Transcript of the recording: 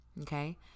Okay